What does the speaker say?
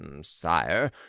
Sire